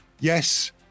yes